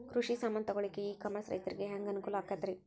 ಕೃಷಿ ಸಾಮಾನ್ ತಗೊಳಕ್ಕ ಇ ಕಾಮರ್ಸ್ ರೈತರಿಗೆ ಹ್ಯಾಂಗ್ ಅನುಕೂಲ ಆಕ್ಕೈತ್ರಿ?